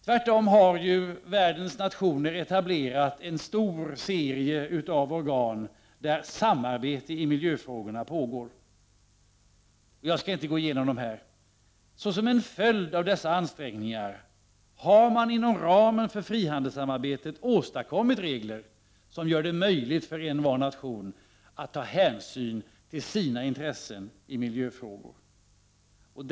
Tvärtom har ju världens nationer etablerat en stor serie av organ där samarbete i miljöfrågorna pågår. Jag skall inte gå igenom dem. Som följd av dessa ansträngningar har vi inom ramen för frihandelsamarbetet åstadkommit regler som gör det möjligt för var och en nation att ta hänsyn till sina intressen i miljöfrågorna.